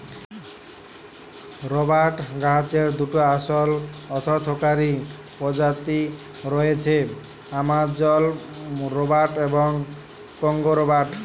রবাট গাহাচের দুটা আসল অথ্থকারি পজাতি রঁয়েছে, আমাজল রবাট এবং কংগো রবাট